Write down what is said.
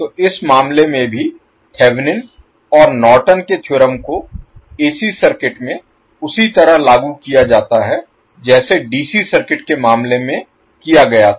तो इस मामले में भी थेवेनिन और नॉर्टन के थ्योरम को एसी सर्किट में उसी तरह लागू किया जाता है जैसे डीसी सर्किट के मामले में किया गया था